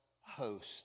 host